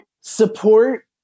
support